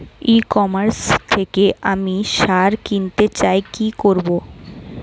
ই commerce থেকে আমি সার কিনতে চাই কি করব?